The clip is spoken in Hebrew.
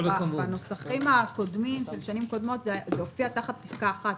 בנוסחים הקודמים בשנים קודמות זה הופיע תחת פסקה אחת,